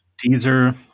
Teaser